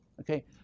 Okay